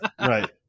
Right